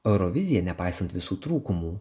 eurovizija nepaisant visų trūkumų